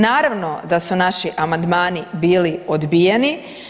Naravno da su naši amandmani bili odbijeni.